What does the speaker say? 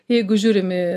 jeigu žiūrim į